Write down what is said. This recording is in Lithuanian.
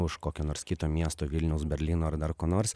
už kokio nors kito miesto vilniaus berlyno ar dar ko nors